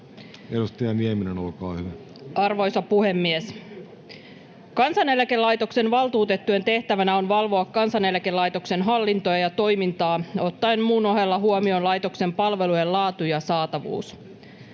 2022 Time: 13:06 Content: Arvoisa puhemies! Kansaneläkelaitoksen valtuutettujen tehtävänä on valvoa Kansaneläkelaitoksen hallintoa ja toimintaa ottaen muun ohella huomioon laitoksen palvelujen laatu ja saatavuus.